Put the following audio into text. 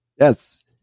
yes